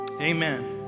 Amen